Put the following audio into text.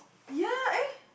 ya eh